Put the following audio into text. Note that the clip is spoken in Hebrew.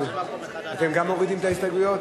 אתם גם מורידים את ההסתייגויות?